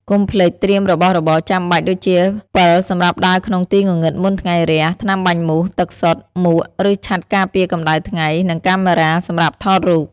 កុំភ្លេច ត្រៀមរបស់របរចាំបាច់ ដូចជាពិលសម្រាប់ដើរក្នុងទីងងឹតមុនថ្ងៃរះ, ថ្នាំបាញ់មូស, ទឹកសុទ្ធ, មួក ឬឆ័ត្រការពារកម្ដៅថ្ងៃ, និងកាមេរ៉ា សម្រាប់ថតរូប។